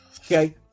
Okay